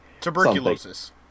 Tuberculosis